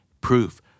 proof